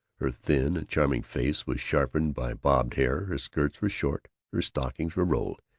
her thin and charming face was sharpened by bobbed hair her skirts were short, her stockings were rolled,